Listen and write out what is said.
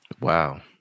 wow